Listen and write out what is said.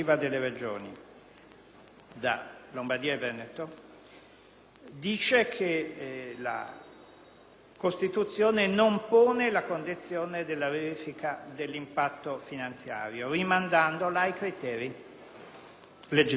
da Lombardia e Veneto, dice che la Costituzione non pone la condizione della verifica dell'impatto finanziario, rimandandola ai criteri legislativi.